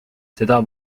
seda